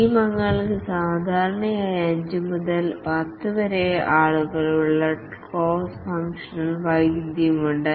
team അംഗങ്ങൾക്ക് സാധാരണയായി 5 മുതൽ 10 വരെ ആളുകൾക്ക് ക്രോസ് ഫംഗ്ഷണൽ വൈദഗ്ദ്ധ്യം ഉണ്ട്